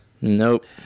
Nope